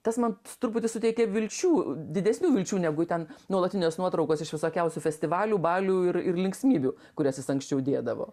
tas man truputį suteikė vilčių didesnių vilčių negu ten nuolatinės nuotraukos iš visokiausių festivalių balių ir ir linksmybių kurias jis anksčiau dėdavo